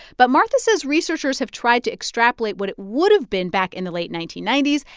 but martha says researchers have tried to extrapolate what it would have been back in the late nineteen ninety s.